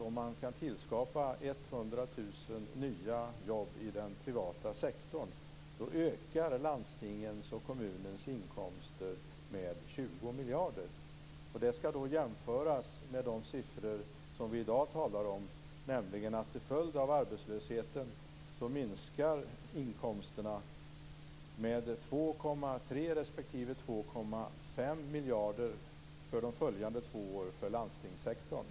Om man kan skapa 100 000 nya jobb i den privata sektorn, ökar landstingens och kommunens inkomster med 20 miljarder kronor. Det skall jämföras med de siffror som vi i dag talar om, nämligen att inkomsterna till följd av arbetslösheten minskar med 2,3 respektive